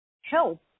help